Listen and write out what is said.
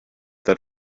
that